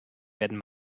werden